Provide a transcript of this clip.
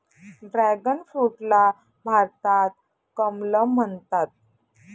dragon फ्रूटला भारतात कमलम म्हणतात